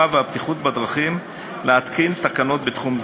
והבטיחות בדרכים להתקין תקנות בתחום זה.